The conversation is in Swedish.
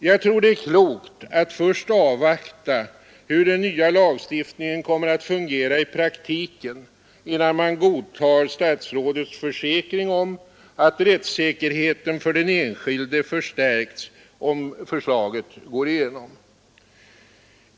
Jag tror att det är klokt att först avvakta hur den nya lagstiftningen kommer att fungera i praktiken innan man godtar statsrådets försäkring om att rättssäkerheten för den enskilde förstärks om förslaget går igenom.